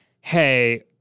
hey